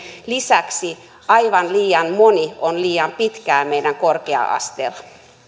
lisäksi aivan liian moni on liian pitkään meidän korkea asteella